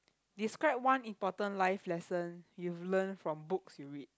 describe one important life lesson you've learn from books you read